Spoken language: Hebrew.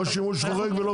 לא שימוש חורג ולא קשקוש.